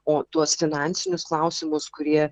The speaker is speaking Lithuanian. o tuos finansinius klausimus kurie